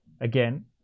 Again